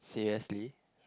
seriously